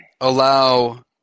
allow